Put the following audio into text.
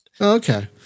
Okay